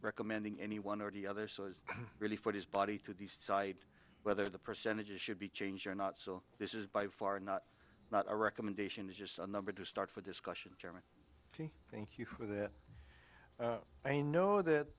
recommending any one or the other so it's really for his body to the site whether the percentages should be changed or not so this is by far not not a recommendation is just a number to start for discussion chairman thank you for that i know that